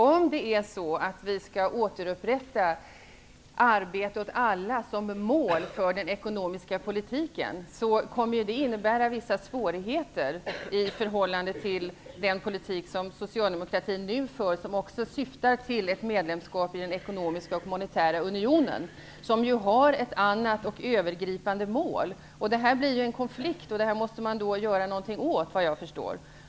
Om vi skall återupprätta principen om arbete åt alla som mål för den ekonomiska politiken, kommer det att innebära vissa svårigheter i förhållande till den politik som socialdemokratin nu för och som också syftar till ett medlemskap i den ekonomiska och monetära unionen som ju har ett annat och övergripande mål. Detta blir en konflikt, och detta måste man då göra något åt, såvitt jag förstår.